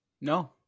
No